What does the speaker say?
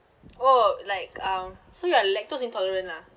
oh like um so you are lactose intolerant lah